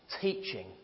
teaching